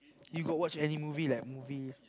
you got watch any movie like movies